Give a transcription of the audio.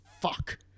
Fuck